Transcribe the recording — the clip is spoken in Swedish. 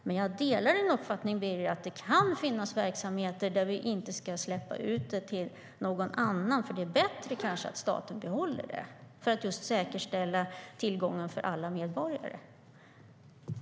Men jag delar din uppfattning, Birger, att det kan finnas verksamheter som vi inte ska släppa till någon annan utan kanske är bättre att staten behåller för att säkerställa tillgången för alla medborgare.